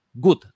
good